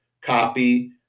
copy